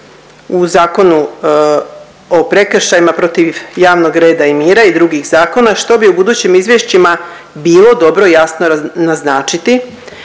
u Zakonu o prekršajima protiv javnog rada i mira i drugih zakona, što bi u budućim izvješćima bilo dobro jasno naznačiti.